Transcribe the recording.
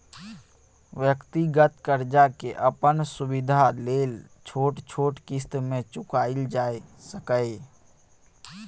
व्यक्तिगत कर्जा के अपन सुविधा लेल छोट छोट क़िस्त में चुकायल जाइ सकेए